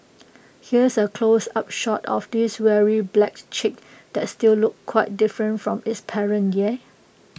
here's A close up shot of this weary black chick that still looked quite different from its parent yeah